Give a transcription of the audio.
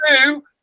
two